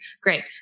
Great